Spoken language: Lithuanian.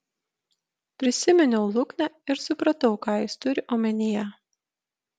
prisiminiau luknę ir supratau ką jis turi omenyje